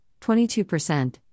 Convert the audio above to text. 22%